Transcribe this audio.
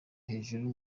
hejuru